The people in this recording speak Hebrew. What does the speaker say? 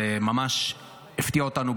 זה ממש הפתיע אותנו,